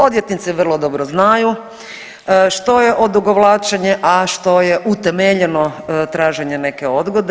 Odvjetnici vrlo dobro znaju što je odugovlačenje, a što je utemeljeno traženje neke odgode.